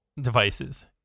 devices